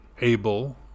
Abel